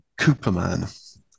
Cooperman